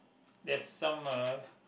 there's some uh